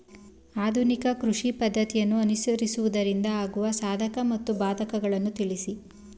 ಆಧುನಿಕ ಕೃಷಿ ಪದ್ದತಿಯನ್ನು ಅನುಸರಿಸುವುದರಿಂದ ಆಗುವ ಸಾಧಕ ಮತ್ತು ಬಾಧಕಗಳನ್ನು ತಿಳಿಸಿ?